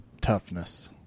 Toughness